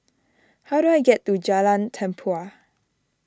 how do I get to Jalan Tempua